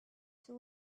two